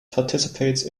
participates